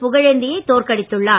புகழேந்தி யை தோற்கடித்துள்ளார்